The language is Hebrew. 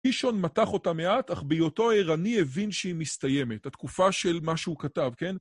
קישון מתח אותה מעט, אך בהיותו ערני הבין שהיא מסתיימת. התקופה של מה שהוא כתב, כן?